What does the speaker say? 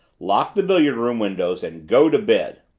lock the billiard-room windows and go to bed.